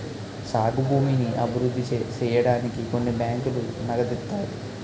సాగు భూమిని అభివృద్ధి సేయడానికి కొన్ని బ్యాంకులు నగదిత్తాయి